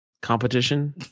Competition